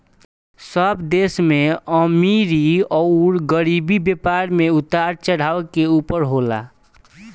सब देश में अमीरी अउर गरीबी, व्यापार मे उतार चढ़ाव के ऊपर होला